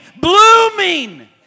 blooming